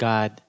God